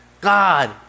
God